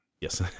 Yes